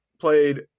played